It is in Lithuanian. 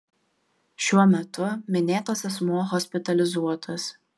šiuo metu minėtas asmuo hospitalizuotas